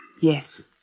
Yes